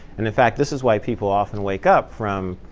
and in fact, this is why people often wake up from